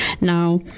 Now